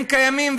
והם קיימים,